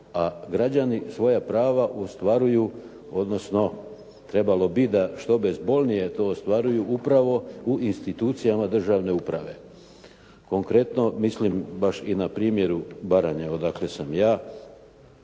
građani svoja prava ostvaruju, odnosno trebalo bi da što bezbolnije to ostvaruju upravo u institucijama državne uprave. Konkretno mislim baš i na primjeru Baranje odakle sam ja,